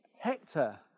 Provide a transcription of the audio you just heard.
Hector